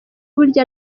burya